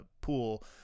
pool